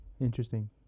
Interesting